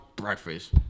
breakfast